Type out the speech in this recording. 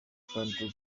kandi